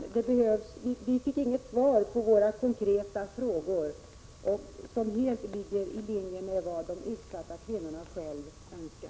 Vi fick inget svar på våra konkreta frågor som helt ligger i linje med vad de utsatta kvinnorna själva önskar.